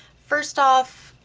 first off,